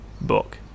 book